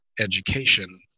education